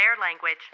language